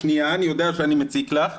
שנייה, אני יודע שאני מציק לךְ,